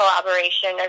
collaboration